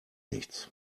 nichts